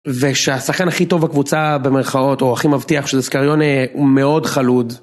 ושהשחקן הכי טוב בקבוצה במרכאות, או הכי מבטיח שזה סקריונה, הוא מאוד חלוד.